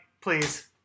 please